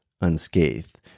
unscathed